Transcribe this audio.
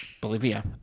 Bolivia